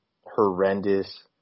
horrendous